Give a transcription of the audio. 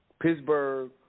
Pittsburgh